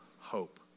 hope